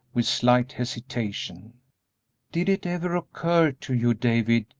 with slight hesitation did it ever occur to you, david,